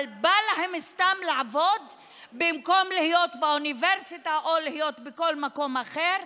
בא להם סתם לעבוד במקום להיות באוניברסיטה או להיות בכל מקום אחר?